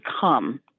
come